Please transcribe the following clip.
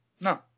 No